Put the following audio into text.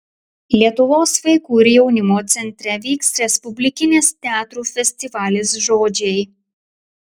lietuvos vaikų ir jaunimo centre vyks respublikinis teatrų festivalis žodžiai